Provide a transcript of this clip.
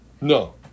No